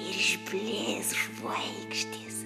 ir išblės žvaigždės